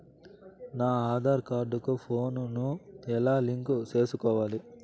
నా ఆధార్ కార్డు కు ఫోను ను ఎలా లింకు సేసుకోవాలి?